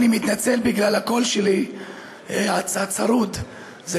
אני מתנצל על הקול הצרוד שלי,